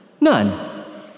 None